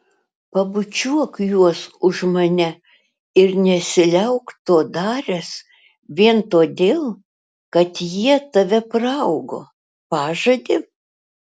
pabučiuok juos už mane ir nesiliauk to daręs vien todėl kad jie tave praaugo pažadi